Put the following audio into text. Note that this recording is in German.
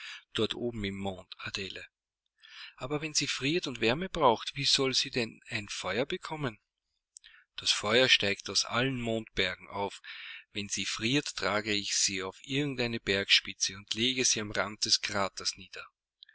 dort oben im mond adele aber wenn sie friert und wärme braucht wie soll sie denn ein feuer bekommen das feuer steigt aus allen mondbergen auf wenn sie friert trage ich sie auf irgend eine bergspitze und lege sie am rande des kraters nieder